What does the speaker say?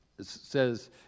says